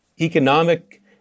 economic